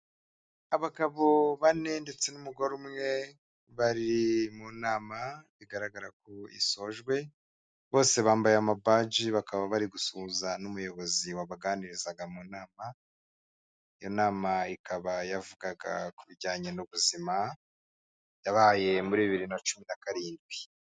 Abagabo bane ndetse n'umugore umwe bari mu nama bigaragara ku isojwe, bose bambaye amabaji bakaba bari gusuhuza n'umuyobozi wabaganirizaga mu nama, iyo nama ikaba yavugaga ku bijyanye n'ubuzima yabaye muri bibiri na cumi na karindwi.